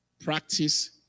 Practice